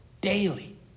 daily